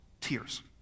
tears